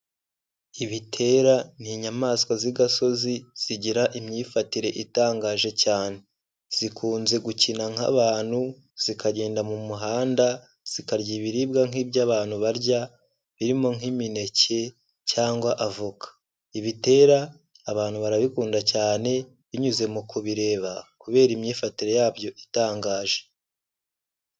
Ibitera ni inyamaswa z'agasozi zigira imyifatire itangaje cyane, zikunze gukina nk'abantu zikagenda mu muhanda, zikarya ibiribwa nk'ibyo abantu barya birimo nk'imineke cyangwa avoka, ibitera abantu barabikunda cyane binyuze mu kubireba kubera imyifatire yabyo itangaje.